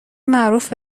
معروف